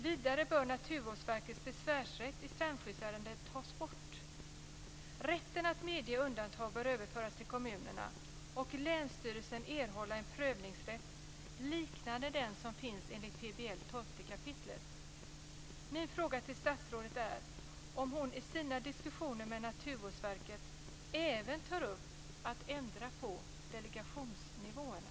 Vidare bör Naturvårdsverkets besvärsrätt i strandskyddsärenden tas bort. Rätten att medge undantag bör överföras till kommunerna, och länsstyrelsen bör erhålla en prövningsrätt liknande den som finns enligt Tar statsrådet i sina diskussioner med Naturvårdsverket även upp frågan om att ändra på delegationsnivåerna?